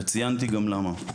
וציינתי גם למה.